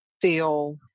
feel